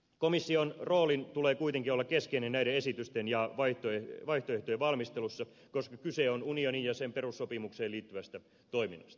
komission roolin tulee kuitenkin olla keskeinen näiden esitysten ja vaihtoehtojen valmistelussa koska kyse on unioniin ja sen perussopimukseen liittyvästä toiminnasta